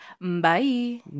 Bye